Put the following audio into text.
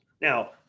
now